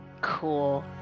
Cool